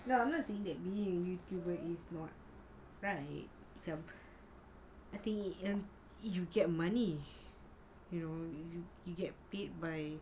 no I'm not saying that being a youtuber is not right you get money you get paid by